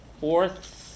fourth